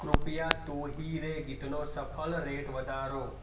કૃપયા તુ હી રે ગીતનો સફલ રેટ વધારો